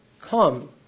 Come